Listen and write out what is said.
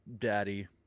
daddy